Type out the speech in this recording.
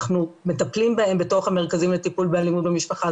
אנחנו מטפלים בהן בתוך המרכזים לטיפול באלימות במשפחה.